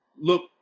look